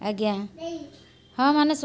ଆଜ୍ଞା ହଁ ମାନେ